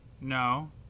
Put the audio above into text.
No